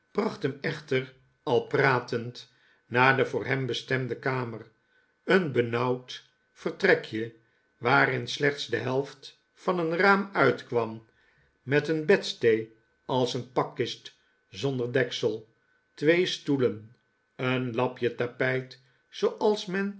bracht hem echter al pratend naar de voor hem bestemde kamer een benauwd vertrekje waarin slechts de helft van een raam uitkwam met een bedstee als een pakkist zonder deksel twee stoelen een lapje tapijt zooals men